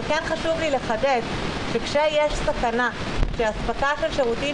אבל כן חשוב לי לחדד שכשיש סכנה שאספקה של שירותים